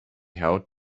held